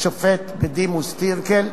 השופט בדימוס טירקל,